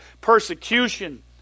persecution